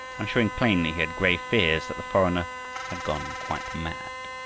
and showing plainly he had grave fears that the foreigner had gone quite mad.